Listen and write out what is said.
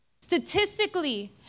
Statistically